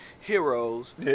heroes